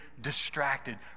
distracted